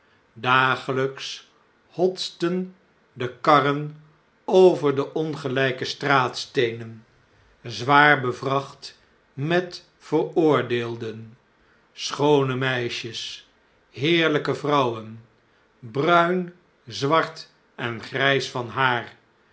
dagelps hotsten de karren over de ongelijke straatsteenen zwaar bevracht met veroordeelden schoone meisjes heerlpe vrouwen bruin zwart en grijs van haar